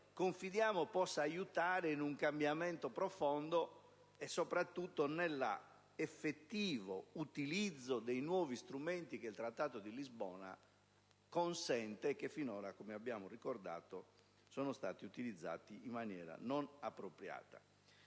direzione, possano aiutare in un cambiamento profondo, e soprattutto nell'effettivo utilizzo dei nuovi strumenti che il Trattato di Lisbona consente, e che finora, come abbiamo ricordato, sono stati utilizzati in maniera non appropriata.